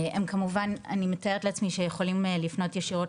אני מתארת לעצמי שיכולים לפנות ישירות